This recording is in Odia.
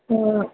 ହଁ